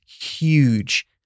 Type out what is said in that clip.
huge